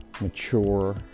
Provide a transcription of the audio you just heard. mature